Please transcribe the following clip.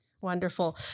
wonderful